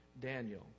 Daniel